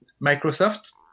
Microsoft